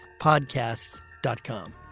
Podcasts.com